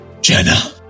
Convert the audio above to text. Jenna